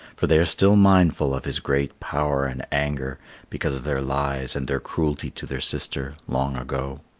for they are still mindful of his great power and anger because of their lies and their cruelty to their sister long ago.